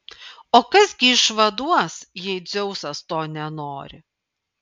o kas gi išvaduos jei dzeusas to nenori